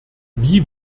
wie